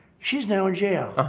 she's now in jail,